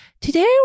Today